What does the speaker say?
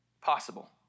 possible